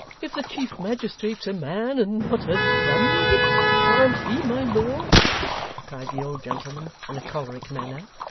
if the chief magistrate's a man, and not a dummy can't he, my lord cried the old gentleman in a choleric manner.